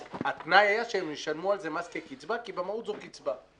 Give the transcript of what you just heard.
התנאי היה שהם ישלמו על זה מס כקצבה כי במהות זו קצבה.